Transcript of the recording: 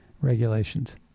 regulations